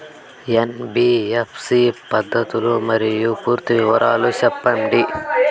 NBFC పద్ధతులు మరియు పూర్తి వివరాలు సెప్పండి?